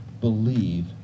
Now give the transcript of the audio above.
Believe